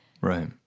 Right